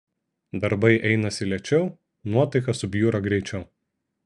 darbai einasi lėčiau nuotaika subjūra greičiau